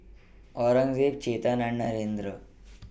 Aurangzeb Chetan and Narendra